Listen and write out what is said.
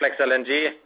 FlexLNG